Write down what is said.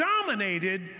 dominated